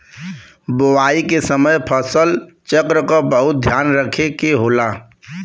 बोवाई के समय फसल चक्र क बहुत ध्यान रखे के होला